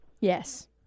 Yes